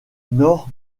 nord